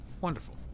Wonderful